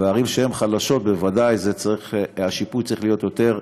ובערים שהן חלשות בוודאי השיפוי צריך להיות יותר גדול.